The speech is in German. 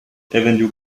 avenue